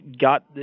got –